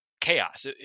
chaos